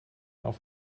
auf